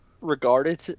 regarded